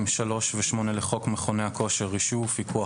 3 ו-8 לחוק מכוני כושר (רישוי ופיקוח),